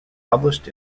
published